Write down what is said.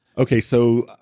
okay. so